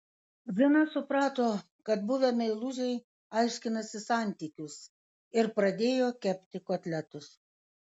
zina suprato kad buvę meilužiai aiškinasi santykius ir pradėjo kepti kotletus